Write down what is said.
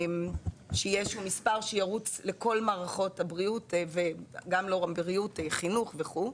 שיהיה איזה שהוא מספר שירוץ לכל מערכות הבריאות וגם חינוך וכולי.